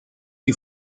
you